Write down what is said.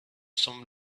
some